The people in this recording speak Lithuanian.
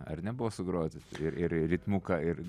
ar ne buvo sugroti ir ir ritmuką ir